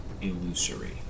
illusory